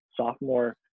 sophomore